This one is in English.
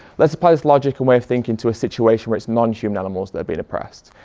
let's apply this logic and way of thinking to a situation where it's non-human animals that are being oppressed.